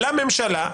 לממשלה,